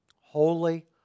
holy